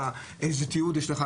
איזה תיעוד יש לך.